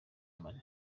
mali